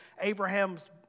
Abraham's